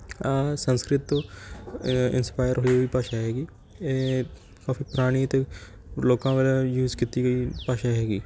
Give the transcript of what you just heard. ਸੰਸਕ੍ਰਿਤ ਤੋਂ ਇੰਸਪਾਇਰ ਹੋਈ ਹੋਈ ਭਾਸ਼ਾ ਹੈਗੀ ਇਹ ਕਾਫ਼ੀ ਪੁਰਾਣੀ ਅਤੇ ਲੋਕਾਂ ਵਲੋਂ ਯੂਜ਼ ਕੀਤੀ ਗਈ ਭਾਸ਼ਾ ਹੈਗੀ